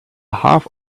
half